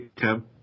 Tim